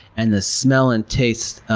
and the smell and taste,